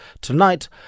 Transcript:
tonight